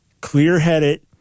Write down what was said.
clear-headed